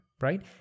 right